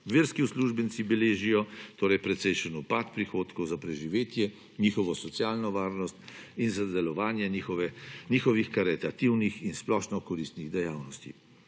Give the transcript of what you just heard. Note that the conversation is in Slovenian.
verski uslužbenci beležijo precejšen upad prihodkov za preživetje, njihovo socialno varnost in za delovanje njihovih karitativnih in splošno koristnih dejavnosti.